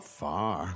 far